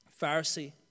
Pharisee